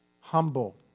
humble